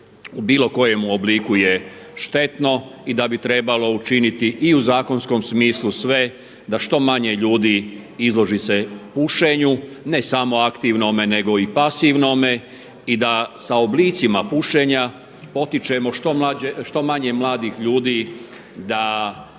u bilo kojem obliku je štetno i da bi trebalo učiniti i u zakonskom smislu sve da što manje ljudi izloži se pušenju, ne samo aktivnome nego i pasivnome i da sa oblicima pušenja potičemo što manje mladih ljudi da